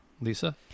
Lisa